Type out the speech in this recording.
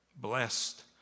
Blessed